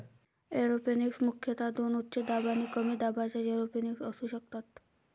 aeroponics मुख्यतः दोन उच्च दाब आणि कमी दाबाच्या एरोपोनिक्स असू शकतात